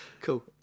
cool